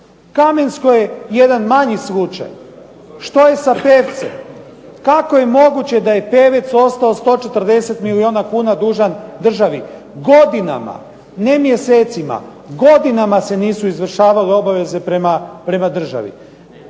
Kamensko je jedan manji slučaj. Što je sa Pevcem? Kako je moguće da je Pevec ostao 140 milijuna kuna dužan državi? Godinama, ne mjesecima, godinama se nisu izvršavale obaveze prema državi.